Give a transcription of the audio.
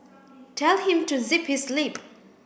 tell him to zip his lip